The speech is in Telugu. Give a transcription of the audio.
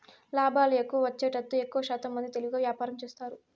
లాభాలు ఎక్కువ వచ్చేతట్టు ఎక్కువశాతం మంది తెలివిగా వ్యాపారం చేస్తారు